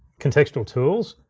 contextual tools,